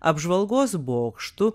apžvalgos bokštu